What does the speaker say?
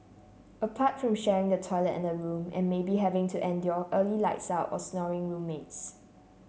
apart from sharing the toilet and a room and maybe having to endure early lights out or snoring roommates